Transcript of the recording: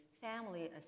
family